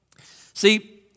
See